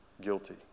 guilty